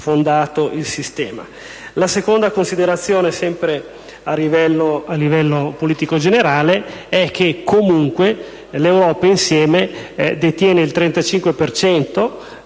La seconda considerazione, sempre a livello politico generale, è che comunque l'Europa detiene il 35